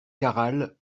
caral